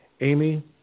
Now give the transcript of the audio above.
Amy